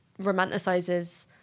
romanticizes